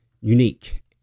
unique